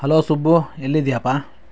hello Subbu ಎಲ್ಲಿದ್ದೀಯಪ್ಪ